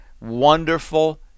wonderful